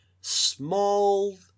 small